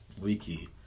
wiki